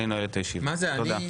אני נועל את הישיבה, תודה.